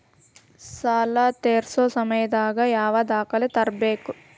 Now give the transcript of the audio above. ಸಾಲಾ ತೇರ್ಸೋ ಸಮಯದಾಗ ಯಾವ ದಾಖಲೆ ತರ್ಬೇಕು?